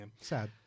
Sad